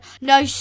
No